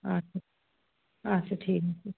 আচ্ছা আচ্ছা ঠিক আছে